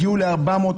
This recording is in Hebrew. הגיעו ל-400,